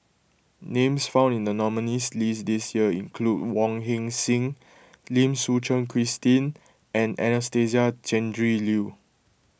names found in the nominees' list this year include Wong Heck Sing Lim Suchen Christine and Anastasia Tjendri Liew